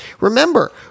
Remember